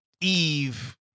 Eve